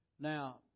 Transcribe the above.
Now